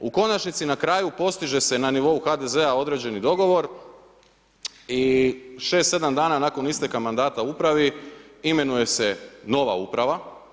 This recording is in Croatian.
U konačnici na kraju postiže se na nivou HDZ-a određeni dogovor i šest, sedam dana nakon isteka mandata upravi imenuje se nova uprava.